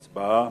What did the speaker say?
הצבעה.